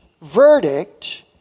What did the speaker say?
verdict